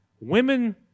Women